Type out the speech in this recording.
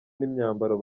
n’imyambaro